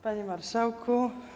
Panie Marszałku!